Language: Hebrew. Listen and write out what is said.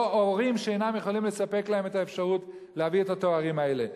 או הורים שאינם יכולים לספק להם את האפשרות להביא את התארים האלה.